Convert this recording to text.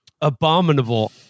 abominable